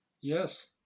Yes